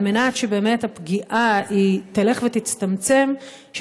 כדי שבאמת הפגיעה תלך ותצטמצם.